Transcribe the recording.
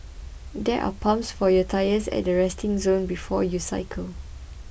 there are pumps for your tyres at the resting zone before you cycle